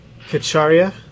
Kacharya